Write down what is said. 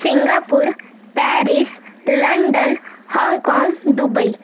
Singapore Paris London Hong Kong Dubai